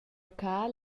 local